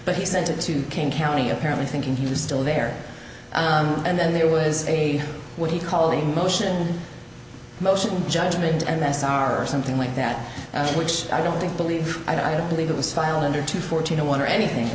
but he sent it to came county apparently thinking he was still there and then there was a what he called a motion motion judgment and that's our something like that which i don't think believe i don't believe it was filed under two fourteen zero one or anything it